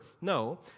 No